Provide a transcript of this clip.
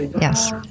yes